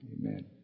Amen